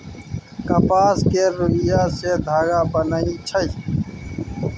कपास केर रूइया सँ धागा बनइ छै